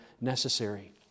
necessary